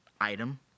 item